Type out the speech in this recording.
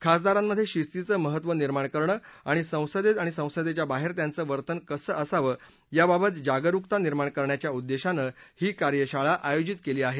खासदारांमध्ये शिस्तीचं महत्व निर्माण करणं आणि संसदेत आणि संसदेच्या बाहेर त्यांचं वर्तन कसं असावं याबाबत जागरुकता निर्माण करण्याच्या उद्देशानं ही कार्यशाळा आयोजित केलं आहे